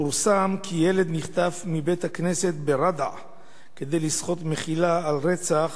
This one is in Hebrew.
פורסם כי ילד נחטף מבית-הכנסת בריידה כדי לסחוט מחילה על רצח